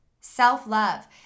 Self-love